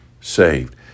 saved